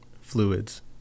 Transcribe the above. fluids